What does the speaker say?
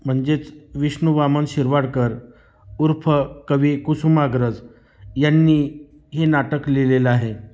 म्हणजेच विष्णु वामन शिरवाडकर उर्फ कवी कुसुमाग्रज यांनी हे नाटक लिहिलेलं आहे